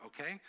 okay